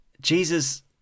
Jesus